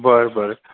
बरं बरं